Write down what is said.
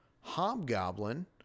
hobgoblin